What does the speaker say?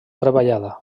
treballada